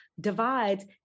divides